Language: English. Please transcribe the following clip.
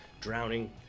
Drowning